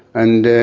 and